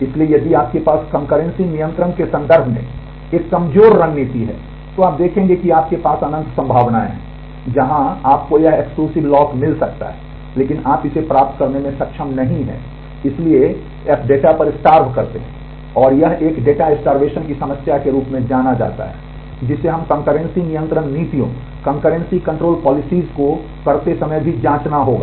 इसलिए यदि आपके पास कंकर्रेंसी को करते समय भी जांचना होगा